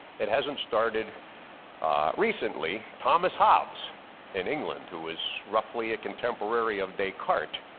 it hasn't started recently. thomas hobbes in england who was roughly a contemporary of descartes.